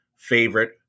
favorite